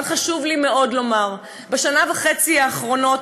אבל חשוב לי מאוד לומר: בשנה וחצי האחרונות